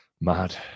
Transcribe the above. mad